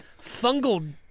fungal